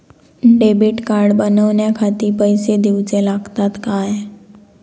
Debit card बनवण्याखाती पैसे दिऊचे लागतात काय?